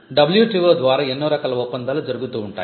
WTO ద్వారా ఎన్నో రకాల ఒప్పందాలు జరుగుతూ ఉంటాయి